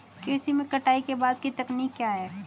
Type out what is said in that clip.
कृषि में कटाई के बाद की तकनीक क्या है?